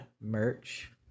merch